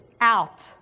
out